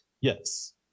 Yes